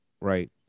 right